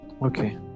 Okay